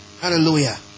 Hallelujah